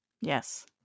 Yes